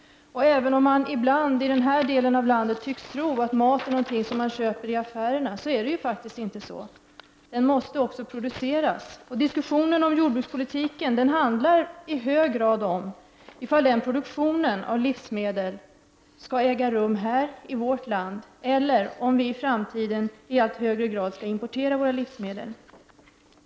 Även om man ibland i den här delen av landet tycks tro att mat bara är någonting som man köper i affärerna, är det faktiskt inte så. Den måste också produceras. Diskussionen om jordbrukspolitiken handlar i hög grad om huruvida produktionen av livsmedel skall äga rum här i vårt land eller om huruvida vi i framtiden i allt högre grad skall importera våra livsmedel.